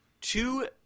two –